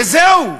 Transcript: וזהו,